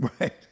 Right